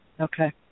okay